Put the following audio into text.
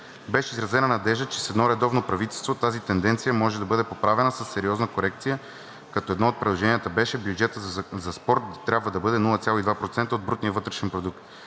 Беше изразена надежда, че с едно редовно правителство тази тенденция може да бъде поправена със сериозна корекция, като едно от предложенията беше: бюджетът за спорт трябва да бъде 0,2% от брутния вътрешен продукт,